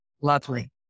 Lovely